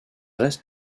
reste